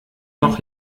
noch